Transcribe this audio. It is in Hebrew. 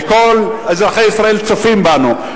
וכל אזרחי ישראל צופים בנו.